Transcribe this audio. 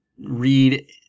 read